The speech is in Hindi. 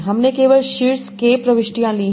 हमने केवल शीर्ष k प्रविष्टियाँ ली हैं